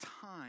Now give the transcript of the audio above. time